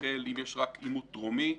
אם יש רק עימות דרומי,